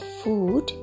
food